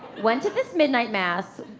went to this midnight mass.